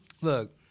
Look